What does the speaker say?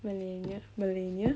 millennial millennial